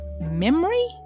memory